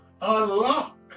unlock